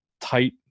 tight